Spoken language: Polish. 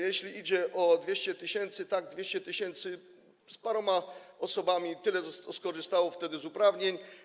Jeśli chodzi o 200 tys., tak, 200 tys. z paroma osobami, to tyle skorzystało wtedy z uprawnień.